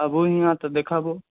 आबू यहाँ तऽ देखाबू